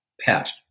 Pet